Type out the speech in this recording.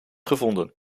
gevonden